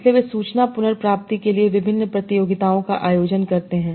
इसलिए वे सूचना पुनर्प्राप्ति के लिए विभिन्न प्रतियोगिताओं का आयोजन करते हैं